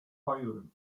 ireland